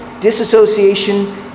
disassociation